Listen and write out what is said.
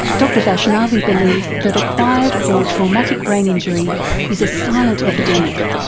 dr vaishnavi believes that acquired or traumatic brain injury is a silent epidemic.